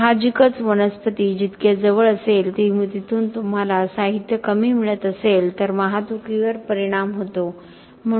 साहजिकच कारखान्या जितके जवळ असेल तिथून तुम्हाला साहित्य कमी मिळत असेल तर वाहतुकीवर परिणाम होतो